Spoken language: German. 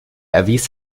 erwies